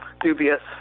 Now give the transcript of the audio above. dubious